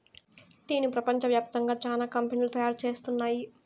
టీను ప్రపంచ వ్యాప్తంగా చానా కంపెనీలు తయారు చేస్తున్నాయి